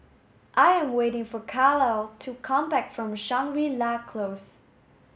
I am waiting for Carlisle to come back from Shangri La Close